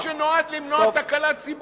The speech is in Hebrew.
זה לא איזה חוק שנועד למנוע תקלה ציבורית,